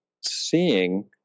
seeing